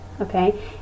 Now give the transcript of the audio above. okay